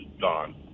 gone